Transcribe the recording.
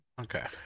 Okay